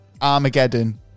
Armageddon